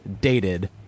Dated